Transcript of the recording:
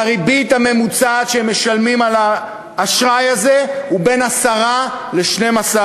והריבית הממוצעת שהם משלמים על האשראי הזה היא בין 10% ל-12%.